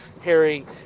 harry